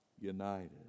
united